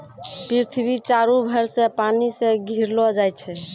पृथ्वी चारु भर से पानी से घिरलो छै